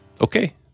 Okay